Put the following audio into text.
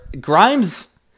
Grimes